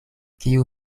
kiu